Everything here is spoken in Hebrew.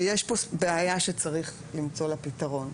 שיש פה בעיה שצריך למצוא לה פתרון,